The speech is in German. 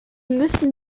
müssen